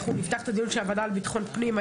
אנחנו נפתח את הדיון של הוועדה לביטחון הפנים,